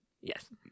Yes